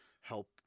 help